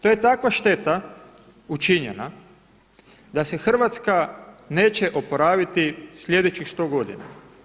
To je takva šteta učinjena da se Hrvatska neće oporaviti sljedećih 100 godina.